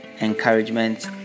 encouragement